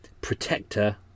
protector